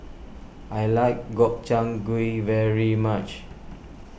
I like Gobchang Gui very much